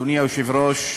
אדוני היושב-ראש,